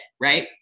Right